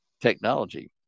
technology